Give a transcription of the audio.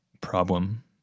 problem